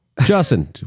Justin